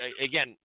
again